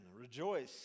rejoice